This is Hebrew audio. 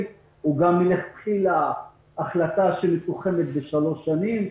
והוא גם מלכתחילה החלטה שהיא תחומה בשלוש שנים,